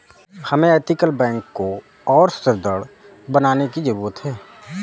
हमें ethical banking को और सुदृढ़ बनाने की जरूरत है